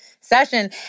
session